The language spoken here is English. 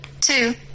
Two